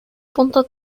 puntos